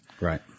Right